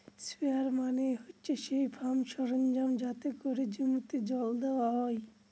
sprayer মানে হচ্ছে সেই ফার্ম সরঞ্জাম যাতে করে জমিতে জল দেওয়া হয়